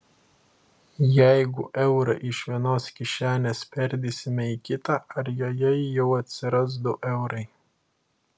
jeigu eurą iš vienos kišenės perdėsime į kitą ar joje jau atsiras du eurai